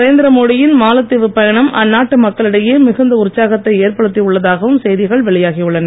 நரேந்திரமோடியின் மாலத்தீவுப் பயணம் அந்நாட்டு மக்களிடையே மிகுந்த உற்சாகத்தை ஏற்படுத்தி உள்ளதாகவும் செய்திகள் வெளியாகி உள்ளன